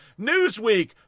Newsweek